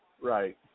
Right